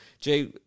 Jay